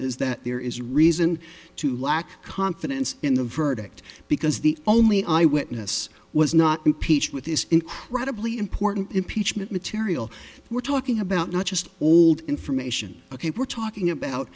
is that there is reason to lack confidence in the verdict because the only eyewitness was not impeached with this incredibly important impeachment material we're talking about not just old information ok we're talking about